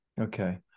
Okay